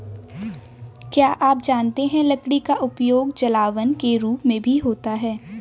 क्या आप जानते है लकड़ी का उपयोग जलावन के रूप में भी होता है?